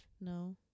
No